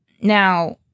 Now